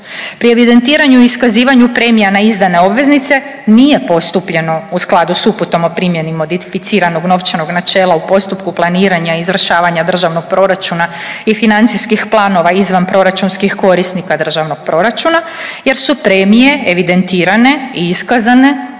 Pri evidentiranju i iskazivanju premija na izdane obveznice nije postupljeno u skladu s uputom o primjeni modificiranog novčanog načela u postupku planiranja i izvršavanja državnog proračuna i financijskih planova izvanproračunskih korisnika državnog proračuna jer su premije evidentirane i iskazane